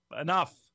Enough